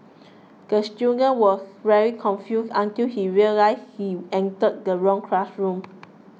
the student was very confused until he realised he entered the wrong classroom